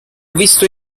visto